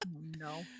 No